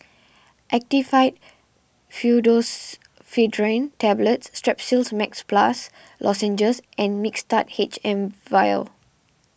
Actifed Pseudoephedrine Tablets Strepsils Max Plus Lozenges and Mixtard H M vial